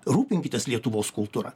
rūpinkitės lietuvos kultūra